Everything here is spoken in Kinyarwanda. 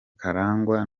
karangwa